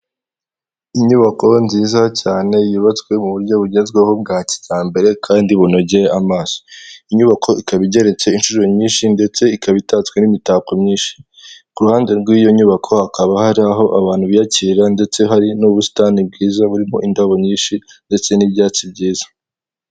Inyubako nziza cyane yubatswe mu buryo bugezweho bwa kijyambere kandi bunogeye amaso, inyubako ikaba igeretse inshuro nyinshi ndetse ikaba itatswe n'imitako myinshi ku ruhande rw'iyo nyubako hakaba hari aho abantu biyakirira ndetse hari n'ubusitani bwiza burimo indabo nyinshi ndetse n'ibyatsi byiza.